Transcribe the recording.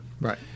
Right